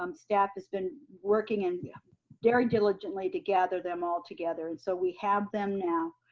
um staff has been working and yeah very diligently to gather them all together and so we have them now.